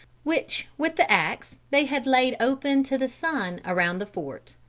which with the axe they had laid open to the sun around the fort.